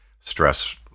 stress